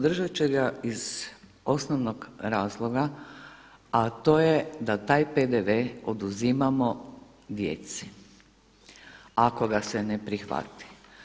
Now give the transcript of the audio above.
Podržat će ga iz osnovnog razloga a to je da taj PDV oduzimamo djeci ako ga se ne prihvati.